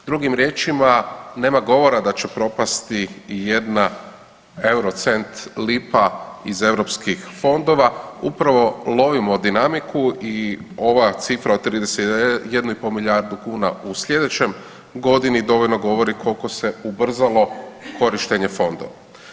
Drugim riječima, nema govora da će propasti ijedna eurocent lipa iz europskih fondova, upravo lovimo dinamiku i ova cifra od 31,5 milijardu kuna u slijedećoj godini dovoljno govori kolko se ubrzalo korištenje fondova.